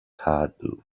hurdle